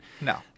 No